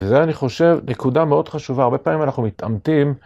וזה אני חושב נקודה מאוד חשובה, הרבה פעמים אנחנו מתעמתים.